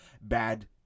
bad